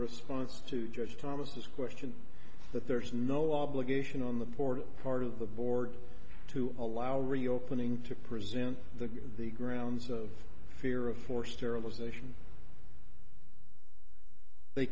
response to judge thomas this question that there is no obligation on the forward part of the board to allow reopening to present the the grounds of fear of forced sterilization they